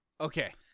Okay